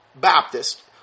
Baptist